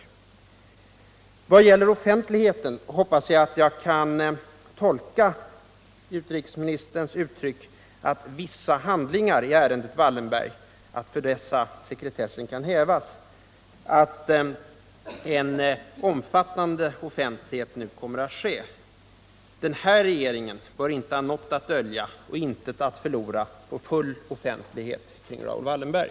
När det gäller offentligheten hoppas jag att jag kan tolka utrikesministerns formulering att ”regeringen överväger om sekretessen för vissa handlingar i ärendet Wallenberg kan hävas” så, att ett omfattande offentliggörande nu kommer att ske. Den här regeringen bör inte ha något att dölja och intet att förlora på fult offentlighet kring Raoul Wallenberg.